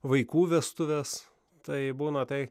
vaikų vestuves tai būna taip